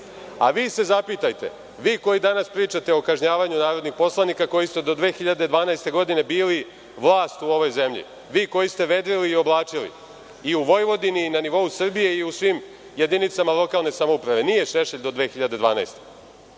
a vi se zapitajte, vi koji danas pričate o kažnjavanju narodnih poslanika koji ste do 2012. godine bili vlast u ovoj zemlji, vi koji ste vedrili i oblačili i u Vojvodini i na nivou Srbije i u svim jedinicama lokalne samouprave, nije i Šešelj do 2012.